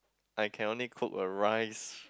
I can only cook a rice